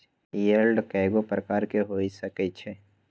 yield कयगो प्रकार के हो सकइ छइ